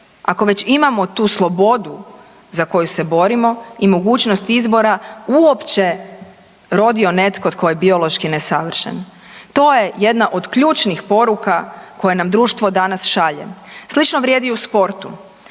ako već imamo tu slobodu za koju se borimo i mogućnost izbora uopće rodio netko tko je biološki nesavršen. To je jedna od ključnih poruka koje nam društvo danas šalje. Slično vrijedi u sportu,